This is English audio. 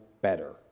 better